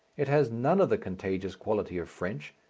it has none of the contagious quality of french,